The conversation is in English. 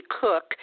Cook